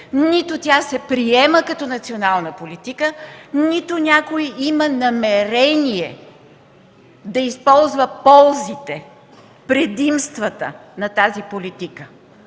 нито тя се приема като национална политика, нито някой има намерение да използва ползите, предимствата на тази политика.